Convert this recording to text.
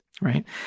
right